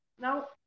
Now